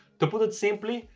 to put it simply,